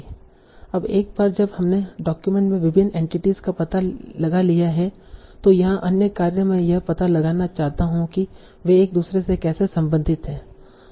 अब एक बार जब हमने डॉक्यूमेंट में विभिन्न एंटिटीस का पता लगा लिया हैं तो यहां अन्य कार्य मैं यह पता लगाना चाहता हूं कि वे एक दूसरे से कैसे संबंधित हैं